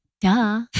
duh